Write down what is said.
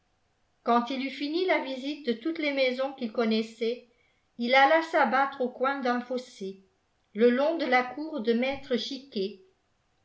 quand il eut fini la visite de toutes les maisons qu'il connaissait il alla s'abattre au coin d'un fossé le long de la cour de maître